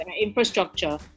infrastructure